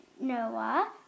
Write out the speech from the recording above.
Noah